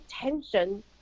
tension